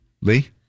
Lee